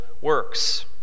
works